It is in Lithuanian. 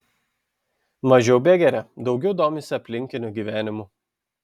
mažiau begeria daugiau domisi aplinkiniu gyvenimu